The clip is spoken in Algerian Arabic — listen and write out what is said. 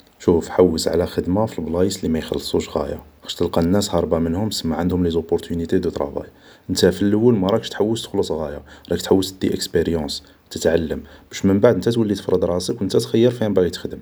شوف حوس على خدمة في ال بلايص اللي ما يخلصوش غاية تلقى الناس هاربة منهم سما عندهم لي زوبورتينيتي دو ترافاي نتا فاللول ما راكش تحوس تخلص غاية نتا راك تحوس تدي اكسبيريونس تتعلم باش من بعد نتا تولي تفرض راسك و نتا تولي تخير فاين باغي تخدم